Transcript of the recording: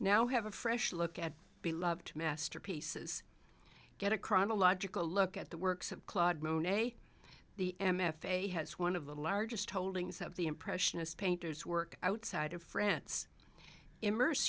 now have a fresh look at beloved masterpieces get a chronological look at the works of claude monet the m f a has one of the largest holdings of the impressionist painters work outside of france immerse